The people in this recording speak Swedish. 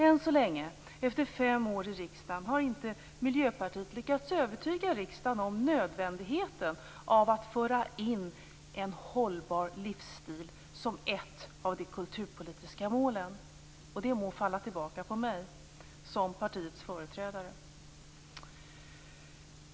Än så länge, efter fem år i riksdagen, har inte Miljöpartiet lyckats övertyga riksdagen om nödvändigheten av att föra in en hållbar livsstil som ett av de kulturpolitiska målen. Det må falla tillbaka på mig som partiets företrädare.